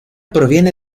proviene